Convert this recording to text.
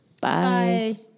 Bye